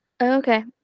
Okay